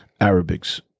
Arabics